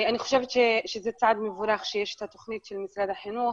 אני חושב שזה צעד מבורך שיש התוכנית של משרד החינוך,